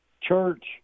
church